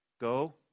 Go